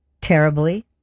Terribly